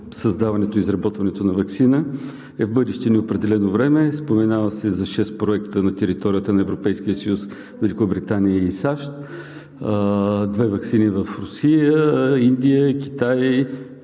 създаването и изработването на ваксина е в бъдеще неопределено време. Споменава се за шест проекта на територията на Европейския съюз, Великобритания и САЩ, две ваксини в Русия, Индия и Китай,